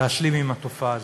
להשלים עם התופעה הזאת.